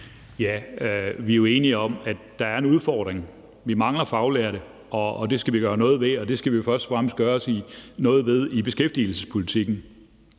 Vi er jo enige om, at der er en udfordring. Vi mangler faglærte, og det skal vi gøre noget ved, og det skal vi først og fremmest gøre noget ved i beskæftigelsespolitikken.